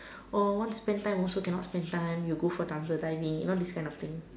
oh want to spend time also cannot spend time you go for dance and diving you know these kind of thing